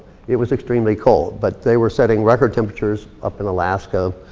it was extremely cold. but they were setting record temperatures up in alaska,